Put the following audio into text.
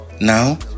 Now